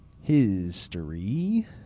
history